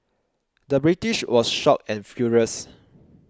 the British was shocked and furious